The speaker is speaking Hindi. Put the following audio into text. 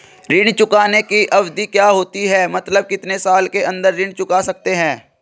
ऋण चुकाने की अवधि क्या होती है मतलब कितने साल के अंदर ऋण चुका सकते हैं?